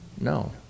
No